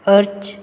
अर्ज